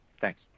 Thanks